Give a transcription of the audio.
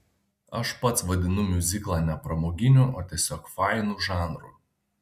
aš pats vadinu miuziklą ne pramoginiu o tiesiog fainu žanru